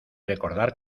recordar